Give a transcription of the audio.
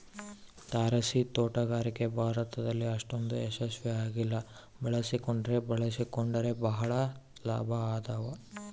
ತಾರಸಿತೋಟಗಾರಿಕೆ ಭಾರತದಲ್ಲಿ ಅಷ್ಟೊಂದು ಯಶಸ್ವಿ ಆಗಿಲ್ಲ ಬಳಸಿಕೊಂಡ್ರೆ ಬಳಸಿಕೊಂಡರೆ ಬಹಳ ಲಾಭ ಅದಾವ